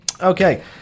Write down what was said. okay